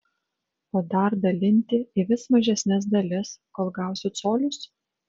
o dar dalinti į vis mažesnes dalis kol gausiu colius